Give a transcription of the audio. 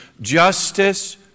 justice